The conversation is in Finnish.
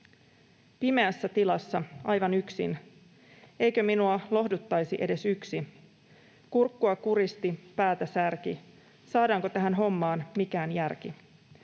”Pimeässä tilassa aivan yksin. / Eikö minua lohduttaisi edes yksi? / Kurkkua kuristi, päätä särki. / Saadaanko tähän hommaan mikään järki?